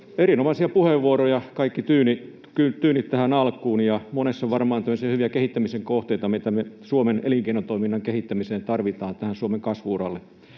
Erinomaisia puheenvuoroja kaikki tyynni tähän alkuun, ja monessa on varmaan tämmöisiä hyviä kehittämisen kohteita, mitä me Suomen elinkeinotoiminnan kehittämiseen tarvitaan tähän Suomen kasvu-uralle.